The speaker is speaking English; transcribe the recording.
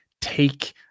take